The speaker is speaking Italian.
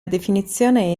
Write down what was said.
definizione